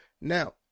Now